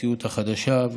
למציאות החדשה.